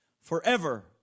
forever